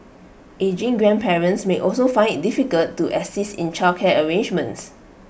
ageing grandparents may also find IT difficult to assist in childcare arrangements